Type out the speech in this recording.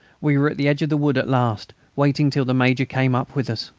we were at the edge of the wood at last, waiting till the major came up with us.